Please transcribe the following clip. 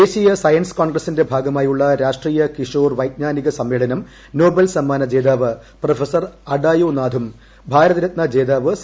ദേശീയ സയൻസ് കോൺഗ്രസിന്റെ ഭാഗമായുള്ള രാഷ്ട്രീയ കിഷോർ വൈജ്ഞാനിക സമ്മേളനം നോബൽ സമ്മാന ജേതാവ് പ്രൊഫസർ അഡാ യോനാഥും ഭാരത രത്ന ജേതാവ് സി